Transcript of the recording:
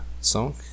song